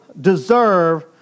deserve